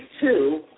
two